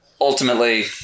ultimately